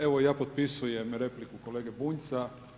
Evo, ja potpisujem repliku kolege Bunjca.